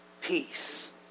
peace